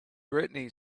britney